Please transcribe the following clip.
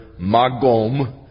magom